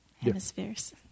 hemispheres